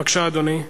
בבקשה, אדוני.